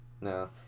No